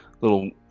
little